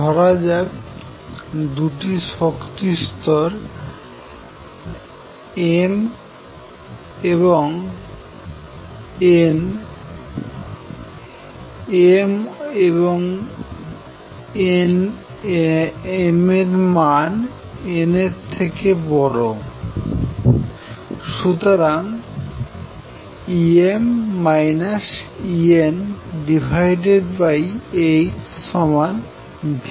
ধরাযাক দুটি শক্তি স্তর m এবং n এবং m এর মান n এর থেকে বড় সুতরাং hmn